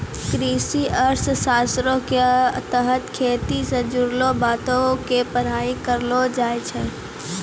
कृषि अर्थशास्त्रो के तहत खेती से जुड़लो बातो के पढ़ाई करलो जाय छै